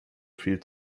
viel